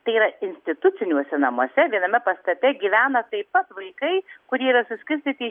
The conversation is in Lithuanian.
tai yra instituciniuose namuose viename pastate gyvena taip pat vaikai kurie yra suskirstyti į